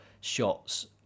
shots